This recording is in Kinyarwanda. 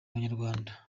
abanyarwanda